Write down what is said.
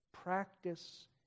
Practice